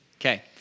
Okay